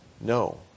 No